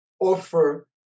offer